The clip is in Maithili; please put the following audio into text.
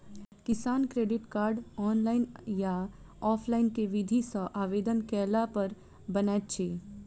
किसान क्रेडिट कार्ड, ऑनलाइन या ऑफलाइन केँ विधि सँ आवेदन कैला पर बनैत अछि?